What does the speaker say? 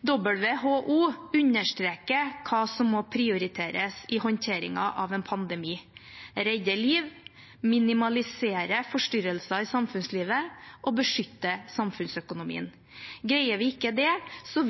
WHO understreker hva som må prioriteres i håndteringen av en pandemi: redde liv, minimalisere forstyrrelser i samfunnslivet og beskytte samfunnsøkonomien. Greier vi ikke det,